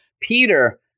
Peter